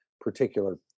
particular